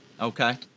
Okay